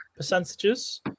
Percentages